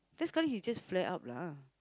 then sekali he just flare up lah